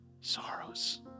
sorrows